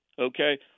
okay